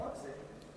לא רק זה.